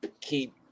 Keep